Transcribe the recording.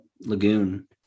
Lagoon